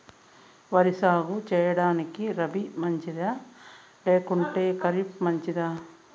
వరి సాగు సేయడానికి రబి మంచిదా లేకుంటే ఖరీఫ్ మంచిదా